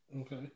Okay